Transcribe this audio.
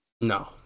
No